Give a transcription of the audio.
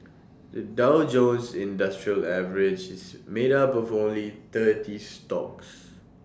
the Dow Jones industrial average is made up of only thirty stocks